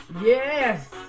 Yes